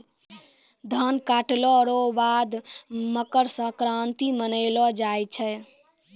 धान काटला रो बाद मकरसंक्रान्ती मानैलो जाय छै